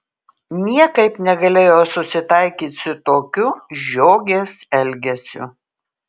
niekaip negalėjo susitaikyti su tokiu žiogės elgesiu